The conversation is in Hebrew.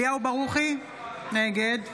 אליהו ברוכי, נגד